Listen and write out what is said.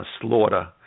slaughter